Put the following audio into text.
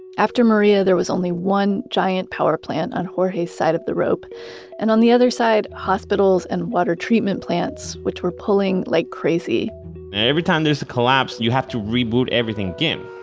after maria, there was only one giant power plant on jorge's side of the rope and on the other side, hospitals and water treatment plants which were pulling like crazy every time there's a collapse, you have to reboot everything again.